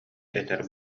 этэр